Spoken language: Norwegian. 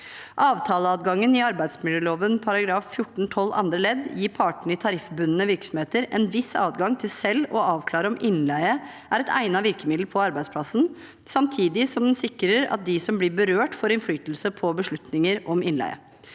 Avtaleadgangen i arbeidsmiljøloven § 14-12 andre ledd gir partene i tariffbundne virksomheter en viss adgang til selv å avklare om innleie er et egnet virkemiddel på arbeidsplassen, samtidig som den sikrer at de som blir berørt, får innflytelse på beslutninger om innleie.